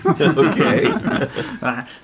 Okay